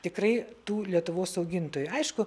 tikrai tų lietuvos augintojų aišku